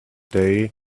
day